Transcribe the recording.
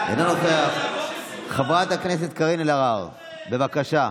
אינו נוכח, חברת הכנסת קארין אלהרר, בבקשה.